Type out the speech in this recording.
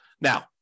Now